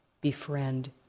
befriend